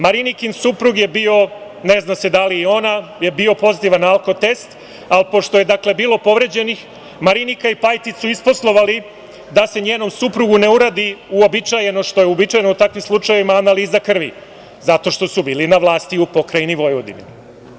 Marinikin suprug je bio, ne zna se da li i ona, je bio pozitivan na alko-test ali pošto je, dakle, bilo povređenih, Marinika i Pajtić su isposlovali da se njenom suprugu ne uradi uobičajeno što je uobičajeno u takvim slučajevima – analiza krvi, zato što su bili na vlasti u pokrajini Vojvodini.